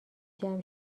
جمع